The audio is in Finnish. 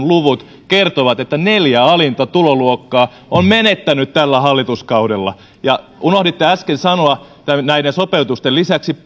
luvut kertovat että neljä alinta tuloluokkaa on menettänyt tällä hallituskaudella ja unohditte äsken sanoa näiden sopeutusten lisäksi